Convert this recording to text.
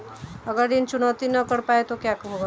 अगर ऋण चुकौती न कर पाए तो क्या होगा?